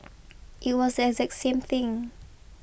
it was the exact same thing